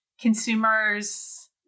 consumers